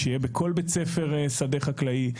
שיהיה בכל בית ספר שדה חקלאי,